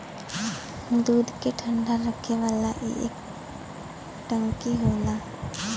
दूध के ठंडा रखे वाला ई एक टंकी होला